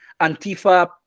Antifa